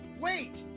wait.